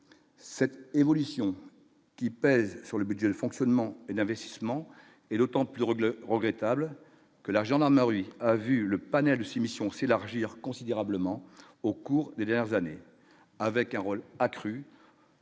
cette évolution qui pèse sur le budget de fonctionnement et d'investissement et d'autant plus rude le regrettable que la gendarmerie a vu le panel de 6 missions aussi élargir considérablement au cours des dernières années avec un rôle accru.